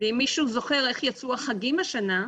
ואם מישהו זוכר איך יצאו החגים השנה,